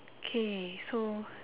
okay so